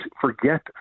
forget